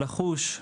לחוש,